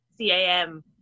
CAM